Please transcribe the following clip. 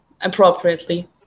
appropriately